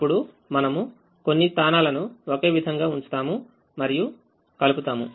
అప్పుడు మనము కొన్ని స్థానాలను ఒకే విధంగా ఉంచుతాము మరియుకలుపుతాము